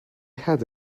had